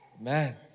man